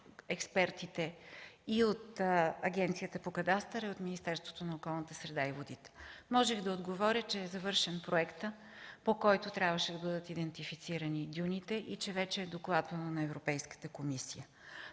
експертите и от Агенцията по кадастър, и от Министерството на околната среда и водите. Можех да отговоря, че е завършен проектът, по който трябваше да бъдат идентифицирани дюните и че вече е докладвано на Европейската комисия.